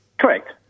Correct